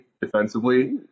defensively